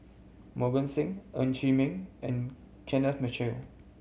Mohan Singh Ng Chee Meng and Kenneth Mitchell